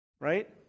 right